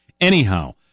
Anyhow